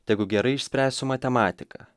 tegu gerai išspręsiu matematiką